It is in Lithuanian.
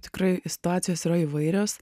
tikrai situacijos yra įvairios